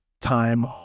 time